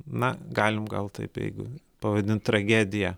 na galim gal taip jeigu pavadint tragedija